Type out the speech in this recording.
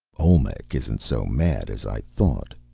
olmec isn't so mad as i thought.